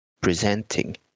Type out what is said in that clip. presenting